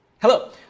Hello